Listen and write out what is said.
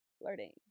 Flirting